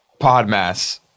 PodMass